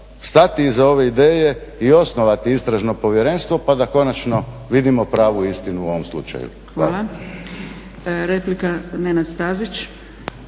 stati iza ove ideje i osnovati istražno povjerenstvo, pa da konačno vidimo pravu istinu u ovom slučaju.